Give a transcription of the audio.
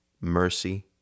mercy